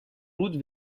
route